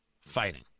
fighting